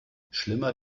schlimmer